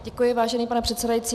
Děkuji, vážený pane předsedající.